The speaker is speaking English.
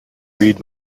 read